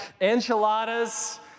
enchiladas